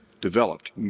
developed